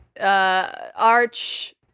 Arch